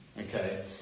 Okay